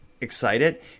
excited